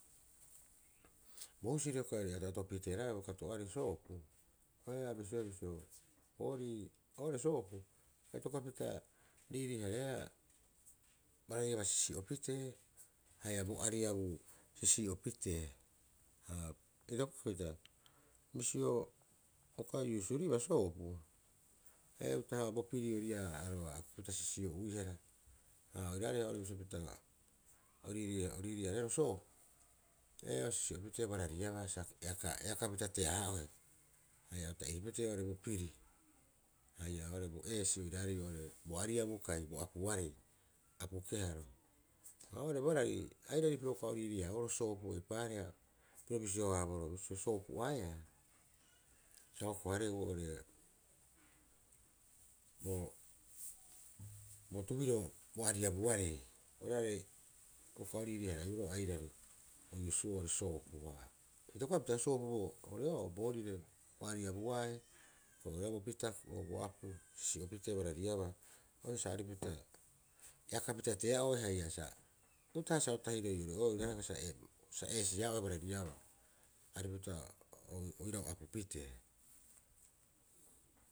Bo husiri hioko'i aarei ato'ato piteeraeea bo kato'ooarei soopu. Oo'ore a bisioea bisio boorii oo'ore soopu a itokopapita riirii- hareea barariabaa sisi'opitee haia bo ariabuu sisi'opitee. Bisio uka o iusuriba soopu, ee, uta'aha bo piri ori ii'aa oiraba a kukupita sisi'o'uihara. Ha oiraareha oo'ore bisio pita o riirii- harero soopu ee o sisi'opitee barariabaa sa eakapita tea- haa'ohe haia o ta'iripitee oo'ore bo piri haia oo'ore bo eesi oiraarei oo'ore bo ariabu kai bo apuarei apu keharo. Ha oore barai airari piro uka o riirii- haaboroo soopu eipaareha pirio bisio haaboroo bisio soopu'aea sa hoko- hareeu oo'ore bo tubiro bo ariabuarei. Oru are uka o riirii- haraiboroo airari bo iusu'oo ore soopu, itokopapita soopu bo ore'o'oo boorire bo ariabuae bo pitako bo apu sisi'opitee baraiabaa koi sa aripupita ekapita tea'oe sa eesi- haa'oe barariabaa aripupita oirau apupitee.